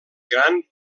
gran